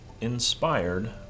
inspired